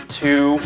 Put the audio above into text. two